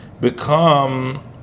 become